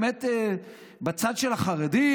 אבל לא חושבים עליהם שהם באמת בצד של החרדים